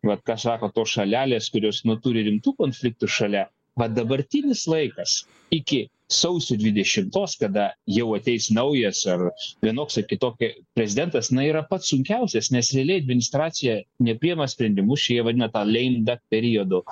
vat ką sako tos šalelės kurios nu turi rimtų konfliktų šalia vat dabartinis laikas iki sausio dvidešimtos kada jau ateis naujas ar vienoks ar kitokia prezidentas na yra pats sunkiausias nes realiai administracija nepriima sprendimų čia jie vadina tą leinda periodu